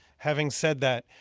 having said that,